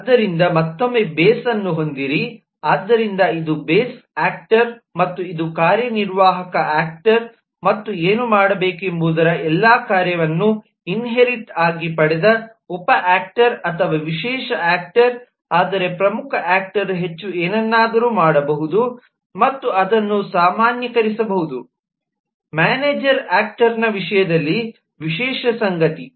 ಆದ್ದರಿಂದ ಮತ್ತೊಮ್ಮೆ ಬೇಸ್ ಅನ್ನು ಹೊಂದಿರಿ ಆದ್ದರಿಂದ ಇದು ಬೇಸ್ ಆಕ್ಟರ್ ಮತ್ತು ಇದು ಕಾರ್ಯನಿರ್ವಾಹಕ ಆಕ್ಟರ್ ಮತ್ತು ಏನು ಮಾಡಬೇಕೆಂಬುದರ ಎಲ್ಲಾ ಕಾರ್ಯಗಳನ್ನು ಇನ್ಹೇರಿಟ್ ಆಗಿ ಪಡೆದ ಉಪ ಆಕ್ಟರ್ ಅಥವಾ ವಿಶೇಷ ಆಕ್ಟರ್ ಆದರೆ ಪ್ರಮುಖ ಆಕ್ಟರ್ ಹೆಚ್ಚು ಏನನ್ನಾದರೂ ಮಾಡಬಹುದು ಮತ್ತು ಅದನ್ನು ಸಾಮಾನ್ಯೀಕರಿಸಬಹುದು ಮ್ಯಾನೇಜರ್ ಆಕ್ಟರ್ನ ವಿಷಯದಲ್ಲಿ ವಿಶೇಷ ಸಂಗತಿ